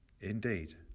Indeed